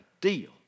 deal